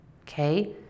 Okay